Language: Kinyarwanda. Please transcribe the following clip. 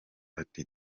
ati